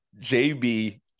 JB